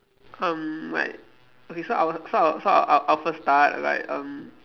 um like okay so I will so I will so I I will first start like um